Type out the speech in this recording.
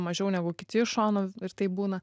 mažiau negu kiti iš šonų ir taip būna